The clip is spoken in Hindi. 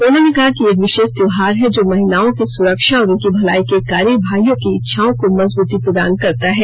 उन्होंने कहा कि यह एक विशेष त्यौहार है जो महिलाओं की सुरक्षा और उनकी भलाई के कार्य प्रति भाईयों की इच्छाओं को मजबुती प्रदान करता है